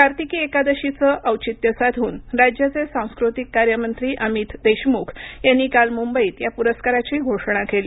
कार्तिकी एकादशीचे औचित्य साधून राज्याचे सांस्कृतिक कार्यमंत्री अमित देशमुख यांनी काल मुंबईत या पुरस्काराची घोषणा केली